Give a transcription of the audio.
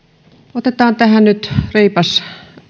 otetaan tähän nyt reipas